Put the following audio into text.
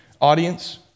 audience